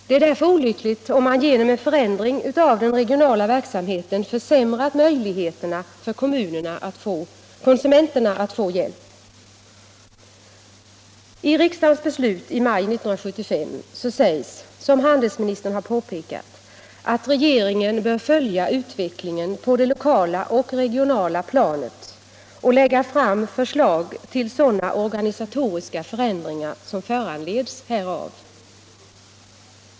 Det är därför olyckligt om man genom en förändring av den regionala verksamheten försämrat möjligheterna för konsumenterna att få hjälp. I riksdagens beslut i maj 1975 sägs, som handelsministern har påpekat, att regeringen bör följa utvecklingen på det lokala och regionala planet och lägga fram förslag till sådana organisatoriska förändringar som föranleds härav.